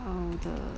mm